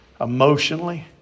emotionally